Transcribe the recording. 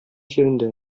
җирендә